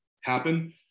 happen